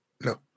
no